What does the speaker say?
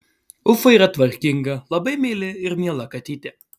ufa yra tvarkinga labai meili ir miela katytė